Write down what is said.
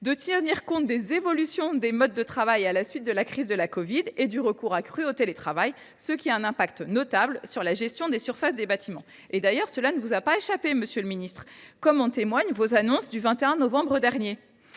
de tenir compte des évolutions des modes de travail à la suite de la crise de la covid 19 et du recours accru au télétravail, avec un impact notable sur la gestion des surfaces des bâtiments. Cela ne vous a d’ailleurs pas échappé, monsieur le ministre. Vos annonces du 21 novembre dernier